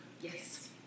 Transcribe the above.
Yes